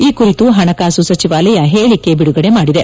ಈ ಕುರಿತು ಹಣಕಾಸು ಸಚಿವಾಲಯ ಹೇಳಿಕೆ ಬಿಡುಗಡೆ ಮಾಡಿದೆ